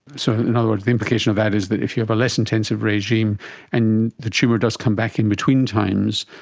so in other words, the implication of that is that if you have a less intensive regime and the tumour does come back in between times,